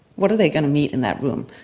what are they going to meet in that room?